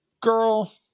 girl